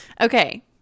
Okay